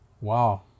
Wow